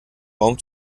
raum